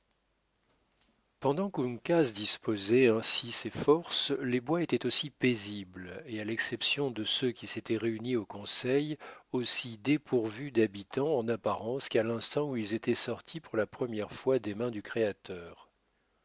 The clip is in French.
pendant qu'uncas disposait ainsi ses forces les bois étaient aussi paisibles et à l'exception de ceux qui s'étaient réunis au conseil aussi dépourvus d'habitants en apparence qu'à l'instant où ils étaient sortis pour la première fois des mains du créateur